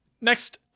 Next